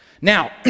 Now